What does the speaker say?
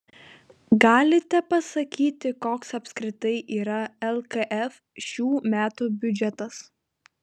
galite pasakyti koks apskritai yra lkf šių metų biudžetas